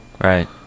Right